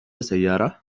سيارة